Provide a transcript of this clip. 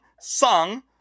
Song